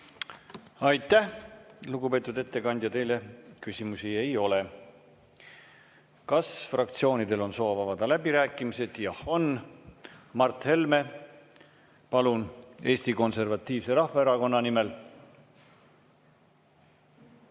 Aitäh, lugupeetud ettekandja! Teile küsimusi ei ole. Kas fraktsioonidel on soovi avada läbirääkimised? Jah, on. Mart Helme, palun, Eesti Konservatiivse Rahvaerakonna nimel!